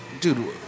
dude